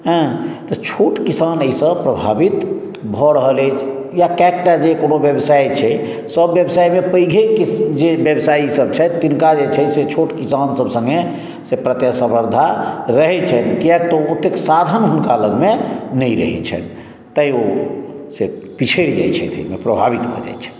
हँ तऽ छोट किसान अहिसँ प्रभावित भऽ रहल अछि किया कयक टा जे कोनो व्यवसायी छै सभ व्यवसायमे पैघे जे व्यवसायी सभ छथि तिनका जे छै से छोट किसान सभ सङ्गे से प्रतिस्पर्धा रहै छनि कियाक तऽ ओतेक साधन हुनका लगमे नहि रहै छनि तैॅं ओ से पिछड़ि जाइत छथि प्रभावित भऽ जाइत छथि